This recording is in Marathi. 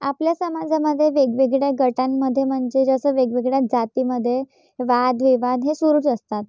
आपल्या समाजामध्ये वेगवेगळ्या गटांमध्ये म्हणजे जसं वेगवेगळ्या जातीमध्ये वादविवाद हे सुरूच असतात